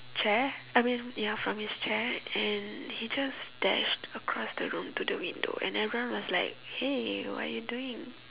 chair I mean ya from his chair and he just dashed across the room to the window and everyone was like hey what're you doing